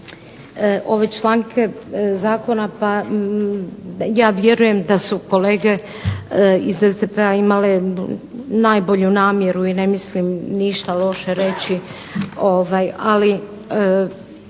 ove članke zakona pa ja vjerujem da su kolege iz SDP-a imale najbolju namjeru i ne mislim ništa loše reći, ali